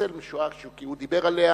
ולהינצל משואה, כי הוא דיבר עליה,